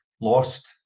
lost